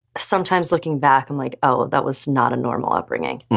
sometimes looking back, i'm like, oh that was not a normal upbringing.